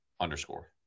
underscore